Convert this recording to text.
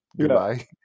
goodbye